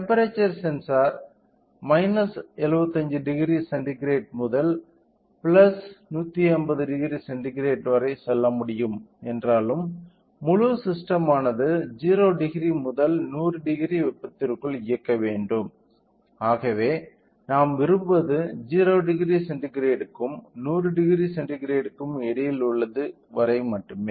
temperature sensor 750 centigrade முதல் 1500 centigrade வரை செல்ல முடியும் என்றாலும் முழு ஸிஸ்டெமானது 00 முதல் 1000 வெப்பத்திற்குள் இயக்க வேண்டும் ஆகவே நாம் விரும்புவது 00 சென்டிகிரேடுக்கும் 1000 சென்டிகிரேடுக்கும் இடையில் உள்ளது வரை மட்டுமே